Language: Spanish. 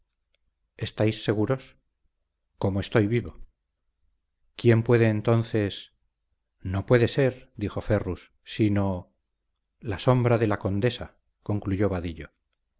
estáis seguros como estoy vivo quién puede entonces no puede ser dijo ferrus sino la sombra de la condesa concluyó vadillo